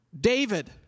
David